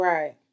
Right